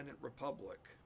republic